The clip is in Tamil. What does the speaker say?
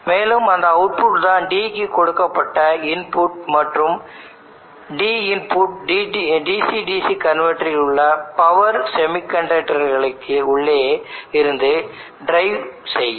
மேலும் அந்த அவுட்புட் தான் d க்கு கொடுக்கப்பட்ட இன்புட் மற்றும் d input DC DC converter உள்ள பவர் செமிகண்டக்டர் ஐ உள்ளேயே இருந்து டிரைவ் செய்யும்